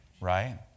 right